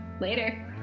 Later